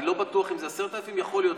אני לא בטוח שזה 10,000. יכול להיות,